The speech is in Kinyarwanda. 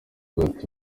hagati